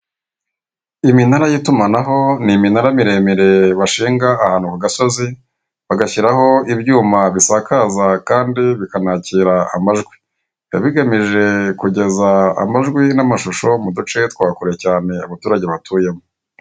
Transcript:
Iminara y'itumanaho ni iminara miremire bashinga ahantu ku gasozi, bagashyiraho ibyuma bisakaza kandi bikanakira amajwi. Biba bigamije kugeza amajwi n'amashusho mu duce twa kure cyane abaturage batuyemo.